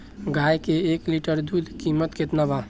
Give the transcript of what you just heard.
गाय के एक लीटर दूध कीमत केतना बा?